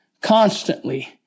constantly